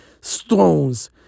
stones